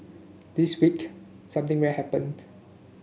this week something rare happened